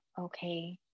okay